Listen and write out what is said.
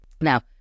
Now